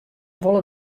wolle